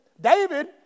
David